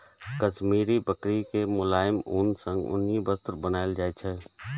काश्मीरी बकरी के मोलायम ऊन सं उनी वस्त्र बनाएल जाइ छै